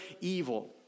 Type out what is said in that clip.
evil